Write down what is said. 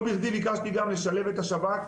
לא בכדי ביקשתי לשלב גם את השב"כ,